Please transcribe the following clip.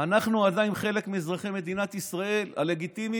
אנחנו עדיין חלק מאזרחי מדינת ישראל הלגיטימיים,